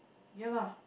ya lah